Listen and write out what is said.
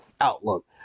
outlook